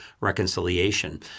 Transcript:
reconciliation